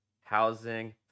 housing